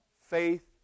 Faith